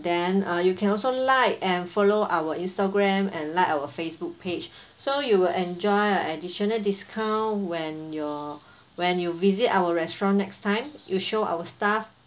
then uh you can also like and follow our Instagram and like our Facebook page so you will enjoy an additional discount when your when you visit our restaurant next time you show our staff